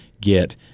get